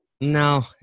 no